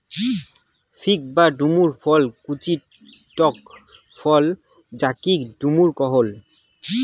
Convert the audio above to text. fig বা ডুমুর ফল কচি টক ফল যাকি ডুমুর কুহু